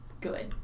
Good